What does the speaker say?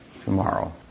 tomorrow